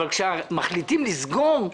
אבל כשמחליטים לסגור,